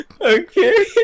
Okay